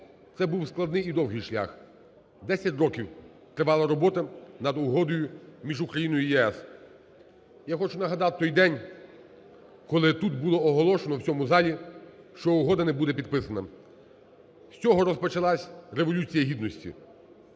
Це був складний і довгий шлях, 10 років тривала робота над Угодою між Україною і ЄС. Я хочу нагадати той день, коли тут було оголошено в цьому залі, що угода не буде підписана. З цього розпочалась Революція Гідності.